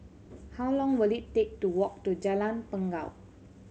how long will it take to walk to Jalan Bangau